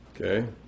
Okay